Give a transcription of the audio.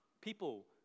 People